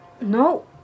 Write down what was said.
no